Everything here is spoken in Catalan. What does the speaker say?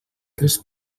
tres